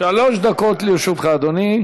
שלוש דקות לרשותך, אדוני.